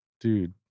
Dude